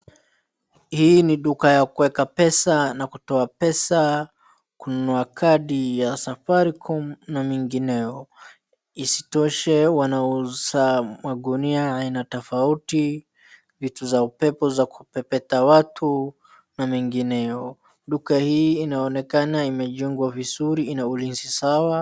Hii ni duka ya kueka pesa na kutoa pesa, kununua kadi ya Safaricom na mengineyo. Isitoshe wanauza magunia aina tofauti, vitu za upepe za kupepeta watu na mengineyo. Duka hii inaonekana imejengwa vizuri, ina ulinzi sawa.